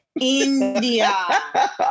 India